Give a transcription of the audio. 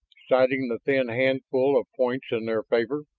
citing the thin handful of points in their favor.